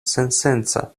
sensenca